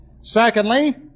Secondly